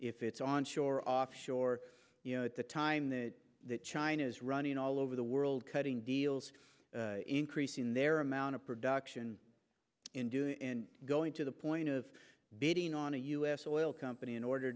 if it's on shore offshore you know at the time that that china is running all over the world cutting deals increasing their amount of production in doing and going to the point of bidding on a u s oil company in order